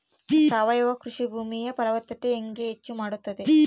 ಸಾವಯವ ಕೃಷಿ ಭೂಮಿಯ ಫಲವತ್ತತೆ ಹೆಂಗೆ ಹೆಚ್ಚು ಮಾಡುತ್ತದೆ?